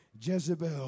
Jezebel